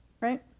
right